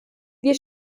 wir